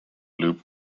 loop